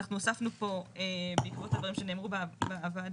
אנחנו הוספנו פה בעקבות הדברים שנאמרו בוועדה,